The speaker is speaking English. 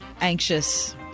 anxious